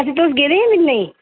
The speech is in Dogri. अच्छा तुस गेदे हे मिलने ई